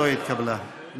לא התקבלה.